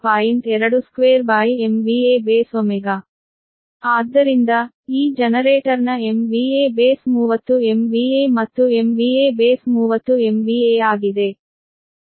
15 Ω ಆದ್ದರಿಂದ ಈ ಜನರೇಟರ್ನ MVA ಬೇಸ್ 30 MVA ಮತ್ತು MVA ಬೇಸ್ 30 MVA ಆಗಿದೆ